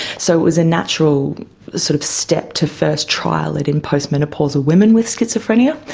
so it was a natural sort of step to first trial it in postmenopausal women with schizophrenia.